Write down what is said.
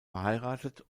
verheiratet